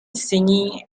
singing